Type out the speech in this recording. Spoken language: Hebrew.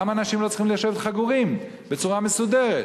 למה אנשים לא צריכים לשבת חגורים בצורה מסודרת?